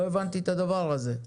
לא הבנתי את הדבר הזה.